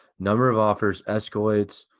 number of offers escalates,